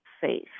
faith